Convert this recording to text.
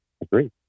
agree